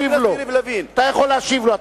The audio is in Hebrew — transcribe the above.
חבר הכנסת לוין, אתה יכול להשיב לו.